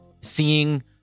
seeing